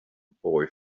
boy